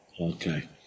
Okay